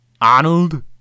Arnold